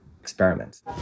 experiments